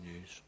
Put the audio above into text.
news